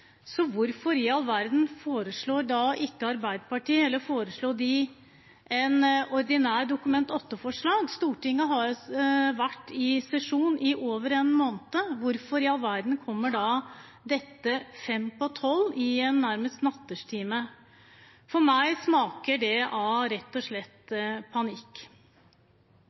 hvorfor i all verden foreslår ikke Arbeiderpartiet et ordinært Dokument 8-forslag? Stortinget har vært i sesjon i over en måned. Hvorfor i all verden kommer dette fem på tolv, nærmest i en nattetime? For meg smaker det rett og slett av panikk.